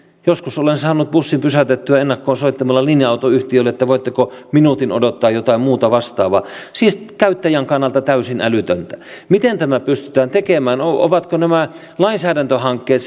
joskus olen saanut bussin pysäytettyä soittamalla ennakkoon linja autoyhtiölle että voitteko minuutin odottaa tai jotain muuta vastaavaa siis käyttäjän kannalta täysin älytöntä miten tämä pystytään tekemään ovatko nämä lainsäädäntöhankkeet